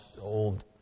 old